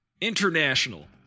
international